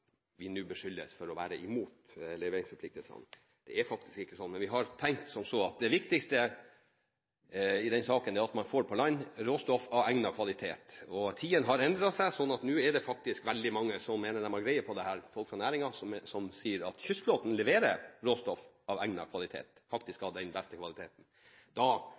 det viktigste i denne saken er at man får på land råstoff av egnet kvalitet. Tidene har endret seg, slik at nå er det faktisk veldig mange som mener at de har greie på denne formen for næring, og som sier at kystflåten leverer råstoff av egnet kvalitet – faktisk av beste